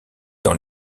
dans